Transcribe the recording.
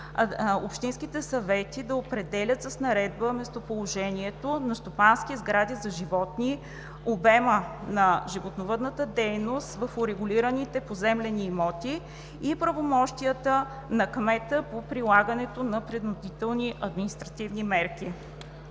общинските съвети да определят с наредби местоположението на стопански сгради за животни, обема на животновъдната дейност в урегулираните поземлени имоти и правомощията на кмета по прилагане на принудителни административни мерки.